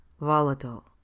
volatile